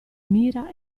mira